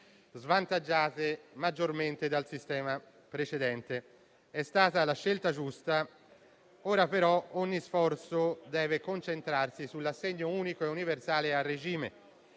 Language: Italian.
svantaggiate dal sistema precedente. È stata la scelta giusta, ma ora ogni sforzo deve concentrarsi sull'assegno unico e universale a regime,